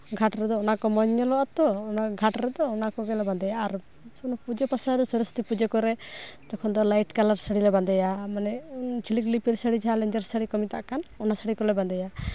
ᱜᱷᱟᱴ ᱨᱮᱫᱚ ᱚᱱᱟᱠᱚ ᱢᱚᱡᱽ ᱧᱮᱞᱚᱜᱼᱟ ᱛᱚ ᱜᱷᱟᱴ ᱨᱮᱫᱚ ᱚᱱᱟ ᱠᱚᱜᱮᱞᱮ ᱵᱟᱸᱫᱮᱭᱟ ᱟᱨ ᱯᱩᱡᱟᱹ ᱯᱟᱥᱟᱨᱮ ᱥᱚᱨᱚᱥᱚᱛᱤ ᱯᱩᱡᱟᱹ ᱠᱚᱨᱮᱫ ᱛᱚᱠᱷᱚᱱ ᱫᱚ ᱞᱟᱭᱤᱴ ᱠᱟᱞᱟᱨ ᱥᱟᱹᱲᱤᱞᱮ ᱵᱟᱸᱫᱮᱭᱟ ᱢᱟᱱᱮ ᱡᱷᱤᱞᱤᱠ ᱞᱤᱯᱤᱨ ᱥᱟᱹᱲᱤ ᱡᱟᱦᱟᱸ ᱞᱮᱧᱡᱮᱨ ᱥᱟᱹᱲᱤ ᱠᱚ ᱢᱮᱛᱟᱜ ᱠᱟᱱ ᱚᱱᱟ ᱥᱟᱹᱲᱤ ᱠᱚᱞᱮ ᱵᱟᱸᱫᱮᱭᱟ